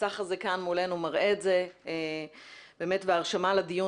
המסך הזה כאן מולנו מראה את זה וההרשמה לדיון